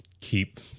keep